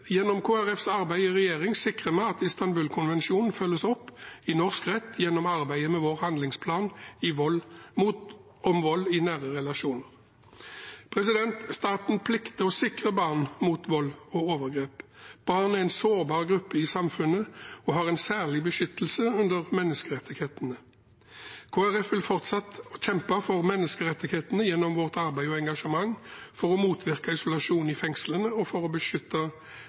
regjering sikrer vi at Istanbul-konvensjonen følges opp i norsk rett gjennom arbeidet med vår handlingsplan mot vold i nære relasjoner. Staten plikter å sikre barn mot vold og overgrep. Barn er en sårbar gruppe i samfunnet og har en særlig beskyttelse under menneskerettighetene. Kristelig Folkeparti vil fortsatt kjempe for menneskerettighetene gjennom sitt arbeid og engasjement for å motvirke isolasjon i fengslene og for å beskytte